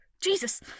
Jesus